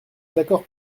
d’accord